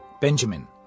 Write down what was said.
Benjamin